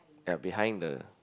ya behind the